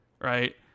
right